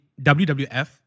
WWF